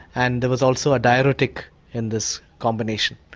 and there was also a diuretic in this combination.